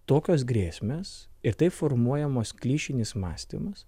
tokios grėsmės ir taip formuojamas klišinis mąstymas